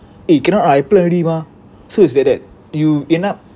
he cannot I already mah so you say that you end up